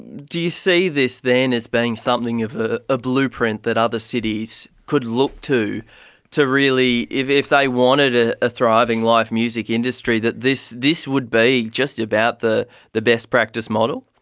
do you see this then as being something of ah a blueprint that other cities could look to to really, if if they wanted ah a thriving live music industry, that this this would be just about the the best-practice model?